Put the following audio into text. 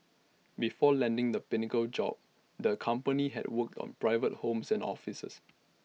before landing the pinnacle job the company had worked on private homes and offices